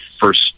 first